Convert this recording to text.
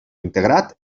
integrat